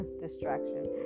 distraction